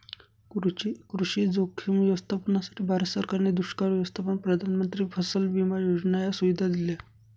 कृषी जोखीम व्यवस्थापनासाठी, भारत सरकारने दुष्काळ व्यवस्थापन, प्रधानमंत्री फसल विमा योजना या सुविधा दिल्या